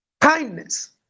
kindness